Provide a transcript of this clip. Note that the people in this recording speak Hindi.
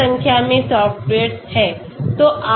बड़ी संख्या में सॉफ्टवेयर्स हैं